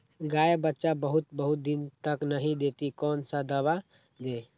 गाय बच्चा बहुत बहुत दिन तक नहीं देती कौन सा दवा दे?